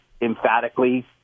emphatically